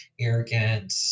arrogant